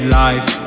life